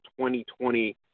2020